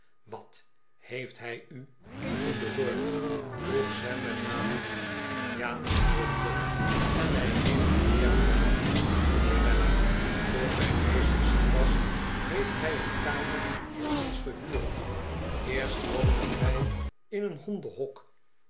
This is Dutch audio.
wat heeft hij u eten bezorgd vroeg sam met nadruk ja antwoordde job en hij heeft nog meer gedaan mijnheer weller toen mijn meester ziek was heeft hij een kamer voor ons gehuurd eerst woonden wij in een hondenhok